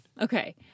Okay